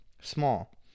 Small